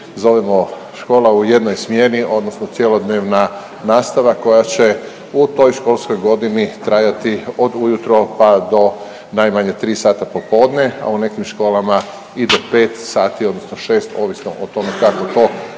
zovemo škola u jednoj smjeni odnosno cjelodnevna nastava koja će u toj školskoj godini trajati od ujutro pa do najmanje 3 sata popodne, a u nekim školama i do 5 sati odnosno 6, ovisno o tome kako to same